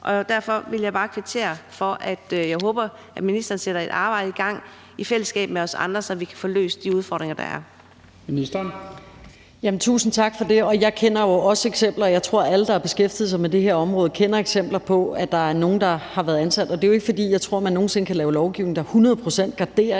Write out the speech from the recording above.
Og derfor vil jeg bare kvittere, i forhold til at jeg håber, at ministeren sætter et arbejde i gang i fællesskab med os andre, så vi kan få løst de udfordringer, der er.